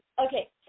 Okay